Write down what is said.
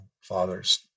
fathers